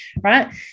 right